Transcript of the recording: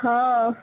हँ